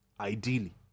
ideally